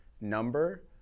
number